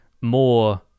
more